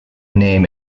name